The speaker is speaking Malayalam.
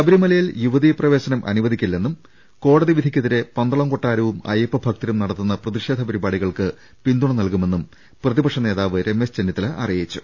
ശബരിമലയിൽ യുവതീ പ്രവേശനം അനുവദിക്കില്ലെന്നും കോടതി വിധിക്കെതിരെ പന്തളം കൊട്ടാരവും അയ്യപ്പഭക്തരും നടത്തുന്ന പ്രതിഷേധ പരിപാടികൾക്ക് പിന്തുണ നൽകുമെന്നും പ്രതിപക്ഷ നേതാവ് രമേശ് ചെന്നിത്തല അറിയിച്ചു